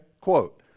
Quote